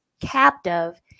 captive